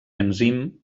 enzim